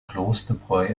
klosterbräu